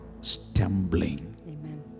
...stumbling